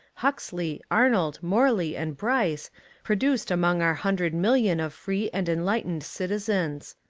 huxley, arnold, morley, and bryce produced among our hundred million of free and en lightened citizens.